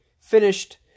Finished